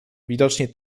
widocznie